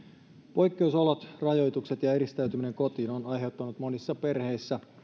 poikkeusolot rajoitukset ja eristäytyminen kotiin ovat aiheuttaneet monissa perheissä